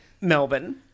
Melbourne